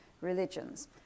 religions